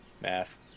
math